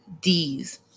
D's